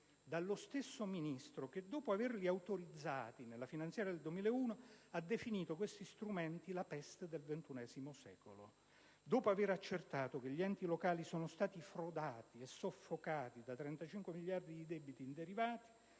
quello stesso Ministro che, dopo averli autorizzati nella finanziaria del 2001, ha definito questi strumenti la peste del XXI secolo. Dopo aver accertato che gli enti locali sono stati frodati e soffocati da 35 miliardi di debiti in derivati